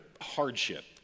hardship